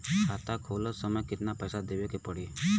खाता खोलत समय कितना पैसा देवे के पड़ी?